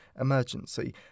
emergency